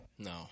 No